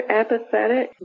apathetic